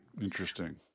Interesting